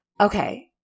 Okay